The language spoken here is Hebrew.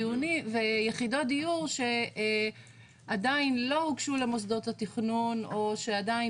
ויחידות דיור שעדיין לא הוגשו למוסדות התכנון או שעדיין